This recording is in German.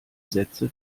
sätze